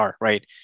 right